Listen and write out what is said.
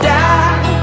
die